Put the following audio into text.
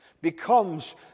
becomes